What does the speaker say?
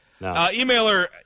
Emailer